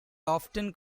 often